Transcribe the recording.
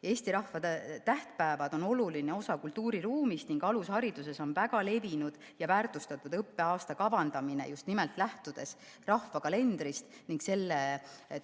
Eesti rahva tähtpäevad on oluline osa kultuuriruumist ning alushariduses on väga levinud ja väärtustatud õppeaasta kavandamine just nimelt lähtudes rahvakalendrist ning selle